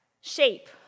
shape